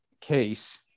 case